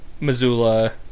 Missoula